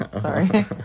sorry